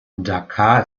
dakar